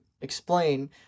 explain